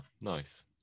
nice